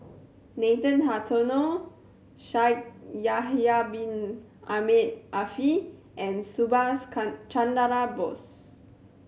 Nathan Hartono Shaikh Yahya Bin Ahmed Afifi and Subhas Chandra Bose